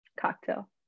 Cocktail